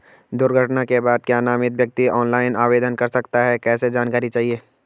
दुर्घटना के बाद क्या नामित व्यक्ति ऑनलाइन आवेदन कर सकता है कैसे जानकारी चाहिए?